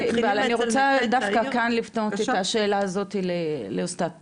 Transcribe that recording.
אני רוצה דווקא כאן להפנות את השאלה הזאת לעוסטאד תומר.